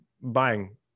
Buying